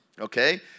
Okay